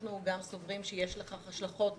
אנחנו סבורים שיש לכך השלכות רחבות,